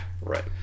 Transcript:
right